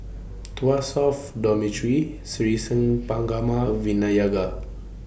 Tuas South Dormitory Sri Senpaga Ma Vinayagar